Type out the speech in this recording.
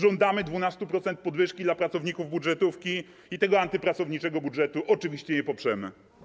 Żądamy 12% podwyżki dla pracowników budżetówki, a tego antypracowniczego budżetu oczywiście nie poprzemy.